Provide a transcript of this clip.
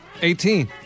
18